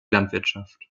landwirtschaft